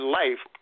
life